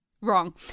wrong